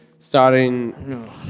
Starting